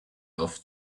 auf